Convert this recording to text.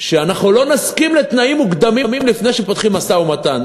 שאנחנו לא נסכים לתנאים מוקדמים לפני שפותחים משא-מתן.